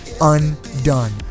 Undone